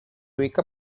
ubica